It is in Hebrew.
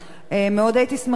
מאוד הייתי שמחה לשמוע,